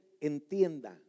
entienda